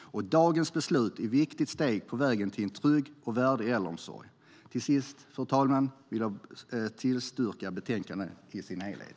Dagens beslut är ett viktigt steg på vägen till en trygg och värdig äldreomsorg. Fru talman! Jag yrkar bifall till förslaget i betänkandet i sin helhet.